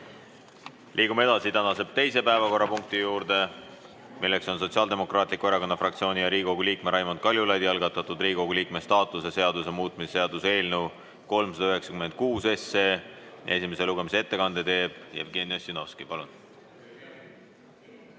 Liigume edasi tänase teise päevakorrapunkti juurde, milleks on Sotsiaaldemokraatliku Erakonna fraktsiooni ja Riigikogu liikme Raimond Kaljulaidi algatatud Riigikogu liikme staatuse seaduse muutmise seaduse eelnõu 396. Esimese lugemise ettekande teeb Jevgeni Ossinovski. Palun!